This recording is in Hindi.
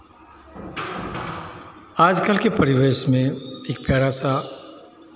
आजकल के परिवेश में एक प्यारा सा